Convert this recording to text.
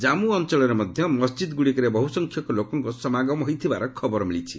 ଜାମ୍ମ ଅଞ୍ଚଳରେ ମଧ୍ୟ ମସଜିଦ୍ଗ୍ରଡ଼ିକରେ ବହୁ ସଂଖ୍ୟକ ଲୋକଙ୍କ ସମାଗମ ହୋଇଥିବାର ଖବର ମିଳିଛି